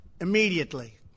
immediately